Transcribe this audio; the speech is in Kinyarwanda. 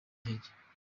intege